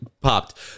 popped